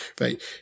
right